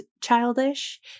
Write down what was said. childish